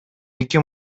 эки